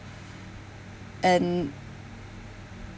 and